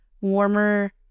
warmer